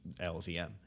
LVM